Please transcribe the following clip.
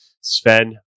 Sven